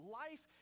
life